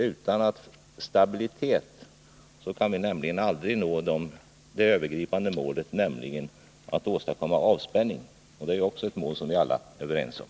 Utan stabilitet kan vi aldrig nå det övergripande målet, nämligen att åstadkomma avspänning. Det är ju också ett mål som vi alla är överens om.